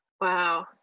Wow